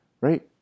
right